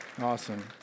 Awesome